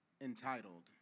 entitled